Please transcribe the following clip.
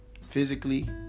Physically